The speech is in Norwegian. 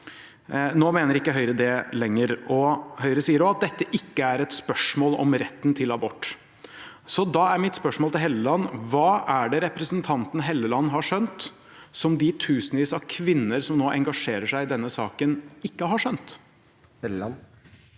Nå mener ikke Høyre dette lenger, og Høyre sier også at dette ikke er et spørsmål om retten til abort. Så da er mitt spørsmål til Hofstad Helleland: Hva er det representanten Hofstad Helleland har skjønt som de tusenvis av kvinner som nå engasjerer seg i denne saken, ikke har skjønt?